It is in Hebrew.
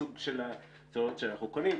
סוג הצוללות שאנחנו קונים,